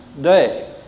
day